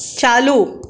चालू